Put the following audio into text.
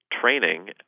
training